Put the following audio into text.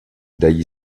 dagli